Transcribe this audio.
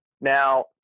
Now